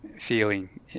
feeling